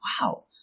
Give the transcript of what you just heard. wow